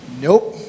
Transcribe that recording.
Nope